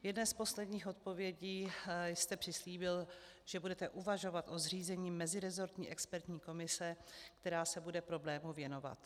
V jedné z posledních odpovědí jste přislíbil, že budete uvažovat o zřízení meziresortní expertní komise, která se bude problému věnovat.